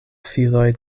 filoj